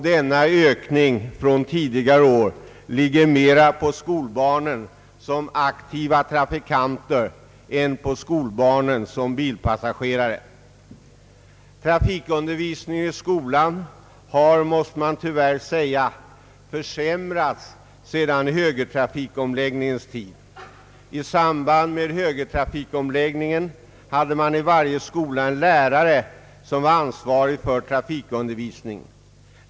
Denna ökning i förhållande till tidigare år ligger mer på skolbarnen som aktiva trafikanter än på skolbarnen som bilpassagerare. Trafikundervisningen i skolan har, måste man tyvärr säga, försämrats sedan högertrafikomläggningens tid. I samband med högertrafikomläggningen fanns i varje skola en lärare, som var ansvarig för trafikundervisningen.